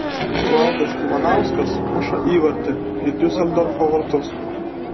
valdas ivanauskas muša įvartį į diuseldorfo vartus